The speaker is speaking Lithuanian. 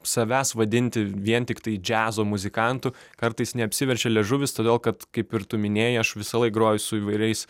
savęs vadinti vien tiktai džiazo muzikantu kartais neapsiverčia liežuvis todėl kad kaip ir tu minėjai aš visąlaik groju su įvairiais